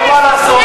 אבל מה לעשות,